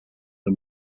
the